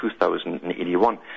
2081